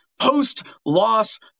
post-loss